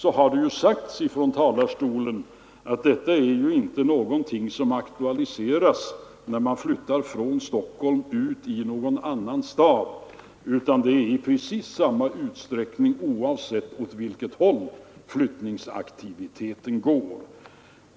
Det har ju redan sagts här från talarstolen att detta inte är någonting som aktualiseras vid flyttning från Stockholm ut till någon annan stad, utan det gäller i precis samma utsträckning oavsett åt vilket håll flyttningsaktiviteten går.